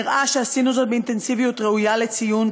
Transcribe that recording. נראה שעשינו זאת באינטנסיביות ראויה לציון,